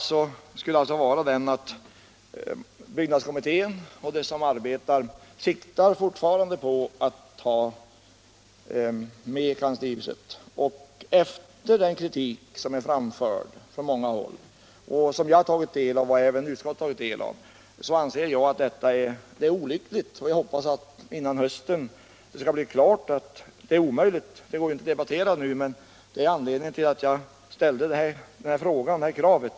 Läget skulle alltså vara att byggnadskommittén och andra som arbetar med projektet fortfarande siktar på att använda Kanslihuset. Efter den kritik som framförts från många håll och som jag, och även utskottet, tagit del av anser jag att detta är olyckligt, och jag hoppas att det före hösten skall bli klart att en sådan lösning är omöjlig. Det går inte att debattera nu, och det är därför jag ställt det här kravet.